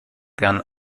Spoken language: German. werden